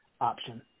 option